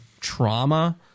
trauma